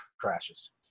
crashes